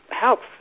helps